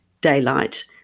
daylight